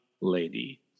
lady